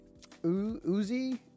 Uzi